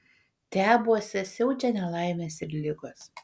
tebuose siaučia nelaimės ir ligos